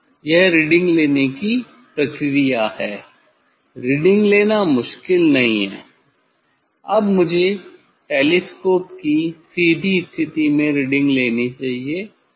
यह रीडिंग लेने की प्रक्रिया है रीडिंग लेना मुश्किल नहीं है अब मुझे टेलीस्कोप की सीधी स्थिति में रीडिंग लेनी चाहिए